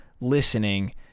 listening